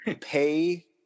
pay